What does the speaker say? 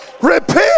Repent